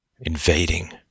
invading